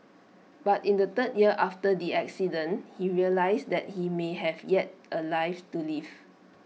but in the third year after the accident he realised that he may have yet A life to live